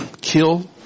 kill